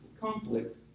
conflict